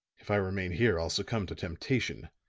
if i remain here i'll succumb to temptation,